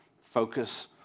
focus